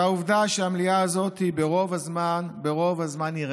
ועובדה היא שהמליאה הזאת היא ברוב הזמן ריקה,